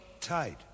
tight